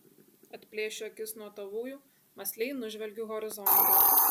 atplėšiu akis nuo tavųjų mąsliai nužvelgiu horizontą